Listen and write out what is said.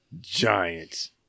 Giants